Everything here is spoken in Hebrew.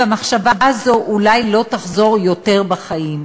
והמחשבה הזאת אולי לא תחזור יותר בחיים.